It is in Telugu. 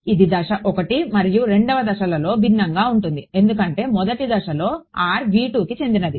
ఇది దశ 1 మరియు 2వ దశలలో భిన్నంగా ఉంటుంది ఎందుకంటే 1వ దశలో r కి చెందినది